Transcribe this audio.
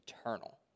eternal